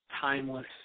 timeless